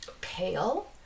pale